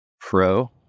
Pro